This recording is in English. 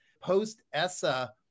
post-ESSA